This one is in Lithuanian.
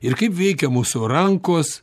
ir kaip veikia mūsų rankos